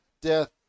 death